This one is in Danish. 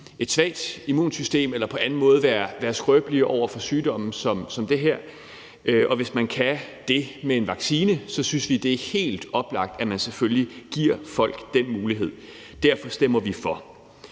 et svagt immunsystem eller på anden måde være skrøbelige over for sygdomme som dem her, og hvis man kan dét med en vaccine, synes vi, det er helt oplagt, at man selvfølgelig giver folk den mulighed. Derfor stemmer vi for